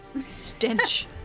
Stench